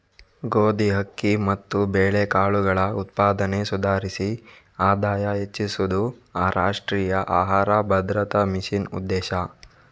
ಗೋಧಿ, ಅಕ್ಕಿ ಮತ್ತು ಬೇಳೆಕಾಳುಗಳ ಉತ್ಪಾದನೆ ಸುಧಾರಿಸಿ ಆದಾಯ ಹೆಚ್ಚಿಸುದು ರಾಷ್ಟ್ರೀಯ ಆಹಾರ ಭದ್ರತಾ ಮಿಷನ್ನ ಉದ್ದೇಶ